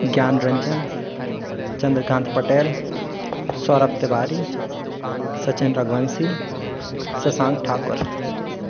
Gyanranjan Chandrakant Patel Saurabh Tiwari Sachin Raghuvanshi Shashank Thakur